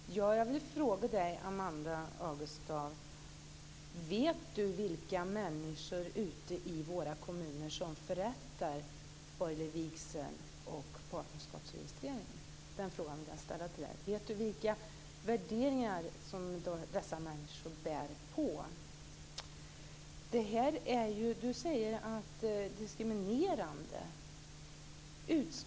Fru talman! Jag vill fråga Amanda Agestav: Vet Amanda Agestav vilka människor det är ute i kommunerna som förrättar borgerlig vigsel och partnerskapsregistrering? Vet Amanda Agestav vilka värderingar dessa människor har? Amanda Agestav säger att detta är diskriminerande.